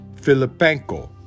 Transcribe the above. Filipenko